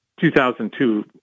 2002